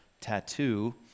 tattoo